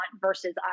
versus